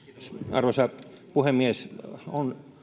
arvoisa puhemies on